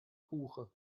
buche